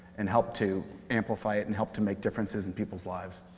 and help to amplify it, and help to make differences in people's lives.